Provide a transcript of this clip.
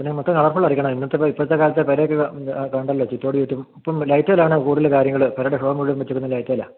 പിന്നെ മൊത്തം colourful ആയിരിക്കണം ഇന്നത്തെ പോ ഇപ്പോഴത്തെ കാലത്ത് പെരയൊക്കെ കണ്ടല്ലോ ചുറ്റോട് ചുറ്റും ഇപ്പം ലൈറ്റെലാണ് കൂടുതൽ കാര്യങ്ങൾ പെരയുടെ ഷോ മൊത്തം വെച്ചേക്കുന്നത് ലൈറ്റെലാണ്